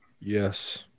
Yes